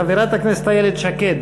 חברת הכנסת איילת שקד,